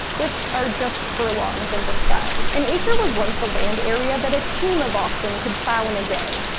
which are just furlongs in disguise. an acre was once the land area that a team of oxen could plough in a day,